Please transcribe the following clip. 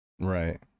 Right